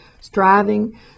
striving